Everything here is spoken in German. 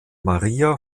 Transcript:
maria